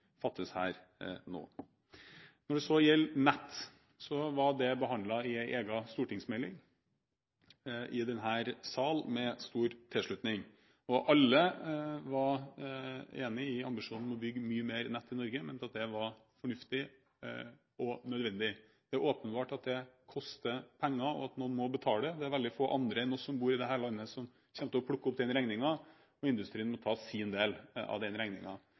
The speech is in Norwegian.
fattes her nå. Når det så gjelder nett, ble det behandlet i en egen stortingsmelding i denne sal, med stor tilslutning. Alle var enige i ambisjonen om å bygge mye mer nett i Norge, og mente at det var fornuftig og nødvendig. Det er åpenbart at det koster penger og at noen må betale; det er veldig få andre enn oss som bor i dette landet, som kommer til å plukke opp regningen, og industrien må ta sin del av den.